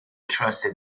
trusted